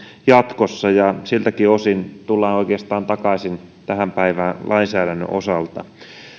jatkossa ja siltäkin osin tullaan oikeastaan takaisin tähän päivään lainsäädännön osalta